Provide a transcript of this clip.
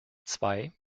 zwei